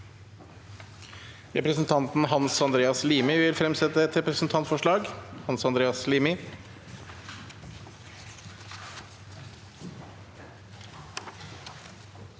Representanten Hans An- dreas Limi vil fremsette et representantforslag.